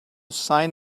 sign